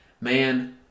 Man